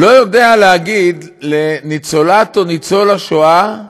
לא יודע להגיד לניצולת או ניצול השואה: